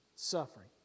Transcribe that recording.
Suffering